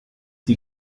die